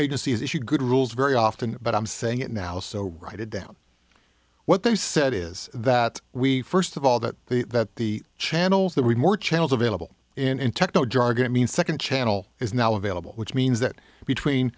has issued good rules very often but i'm saying it now so write it down what they said is that we first of all that the that the channels that we more channels available in techno jargon it means second channel is now available which means that between